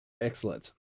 Excellent